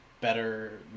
better